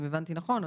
אם הבנתי נכון,